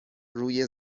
روی